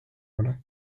ole